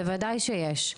בוודאי שיש,